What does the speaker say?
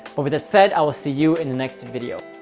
over the set. i will see you in the next video.